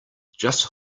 just